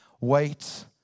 Wait